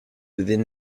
within